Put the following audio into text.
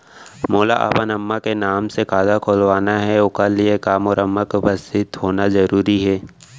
मोला अपन अम्मा के नाम से खाता खोलवाना हे ओखर लिए का मोर अम्मा के उपस्थित होना जरूरी हे?